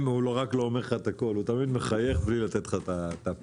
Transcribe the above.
הוא תמיד מחייך בלי לתת את הפאנץ'.